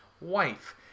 wife